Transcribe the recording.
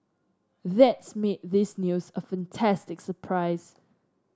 that's made this news a fantastic surprise